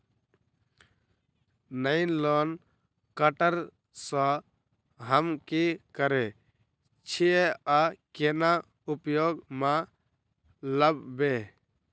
Nylon cutter सँ हम की करै छीयै आ केना उपयोग म लाबबै?